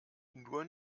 nur